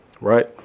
Right